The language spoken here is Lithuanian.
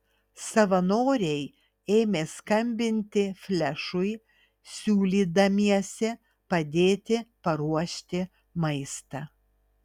savanoriai ėmė skambinti flešui siūlydamiesi padėti paruošti maistą